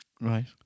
Right